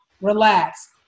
Relax